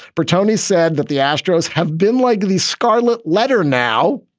bertone said that the astros have been like the scarlet letter now,